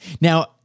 Now